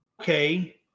okay